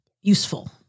useful